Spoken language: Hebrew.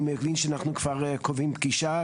אני מבין שאנחנו כבר קובעים פגישה,